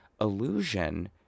illusion